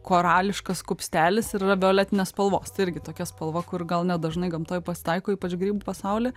korališkas kupstelis ir yra violetinės spalvos tai irgi tokia spalva kur gal ne dažnai gamtoj pasitaiko ypač grybų pasauly